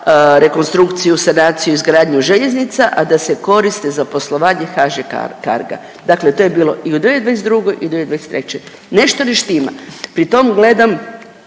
rekonstrukciju, sanaciju izgradnju željeznica, a da se koriste za poslovanje HŽ Carga. Dakle, to je bilo i u 2022. i 2023., nešto ne štima. Pri tom gledam,